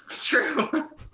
True